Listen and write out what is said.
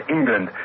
England